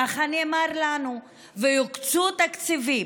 ככה נאמר לנו, ויוקצו תקציבים.